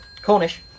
Cornish